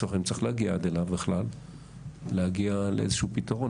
לצורך העניין צריך להגיע עד אליו להגיע לאיזשהו פתרון.